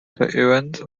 events